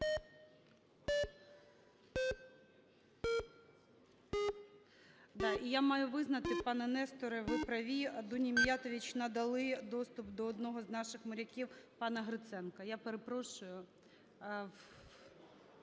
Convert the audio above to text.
я маю визнати, пане Несторе, ви праві, Дуні Міятович надали доступ до одного з наших моряків пана Гриценка. Я перепрошую.